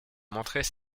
montraient